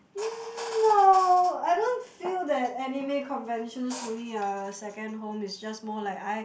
no I don't feel that anime conventions to me are second home it's just more like I